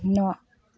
न'